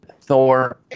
Thor